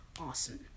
awesome